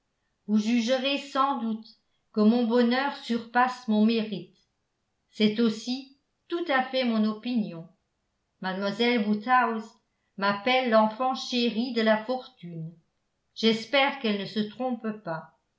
vous jugerez sans doute que mon bonheur surpasse mon mérite c'est aussi tout à fait mon opinion mlle woodhouse m'appelle l'enfant chéri de la fortune j'espère qu'elle ne se trompe pas